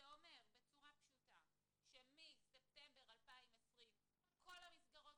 זה אומר בצורה פשוטה שמספטמבר 2020 כל המסגרות